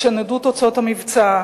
כשנודעו תוצאות המבצע,